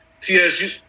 TSU